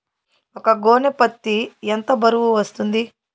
ఒక గోనె పత్తి ఎంత బరువు వస్తుంది?